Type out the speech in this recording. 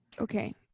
Okay